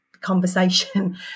conversation